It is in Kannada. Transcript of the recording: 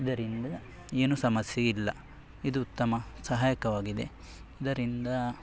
ಇದರಿಂದ ಏನೂ ಸಮಸ್ಯೆ ಇಲ್ಲ ಇದು ಉತ್ತಮ ಸಹಾಯಕವಾಗಿದೆ ಇದರಿಂದ